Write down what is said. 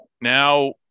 now